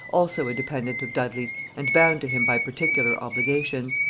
also a dependent of dudley's and bound to him by particular obligations.